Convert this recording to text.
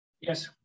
Yes